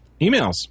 Emails